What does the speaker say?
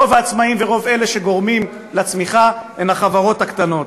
רוב העצמאים ורוב אלה שגורמים לצמיחה הם החברות הקטנות,